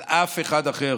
על אף אחד אחר,